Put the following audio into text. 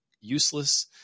useless